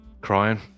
crying